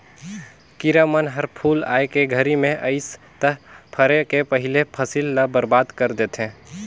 किरा मन हर फूल आए के घरी मे अइस त फरे के पहिले फसल ल बरबाद कर देथे